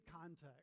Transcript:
context